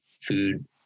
food